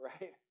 right